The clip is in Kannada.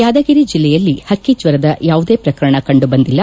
ಯಾದಗಿರಿ ಜಿಲ್ಲೆಯಲ್ಲಿ ಪಕ್ಷಿಜ್ವರದ ಯಾವುದೇ ಪ್ರಕರಣ ಕಂಡು ಬಂದಿಲ್ಲ